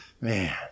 Man